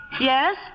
Yes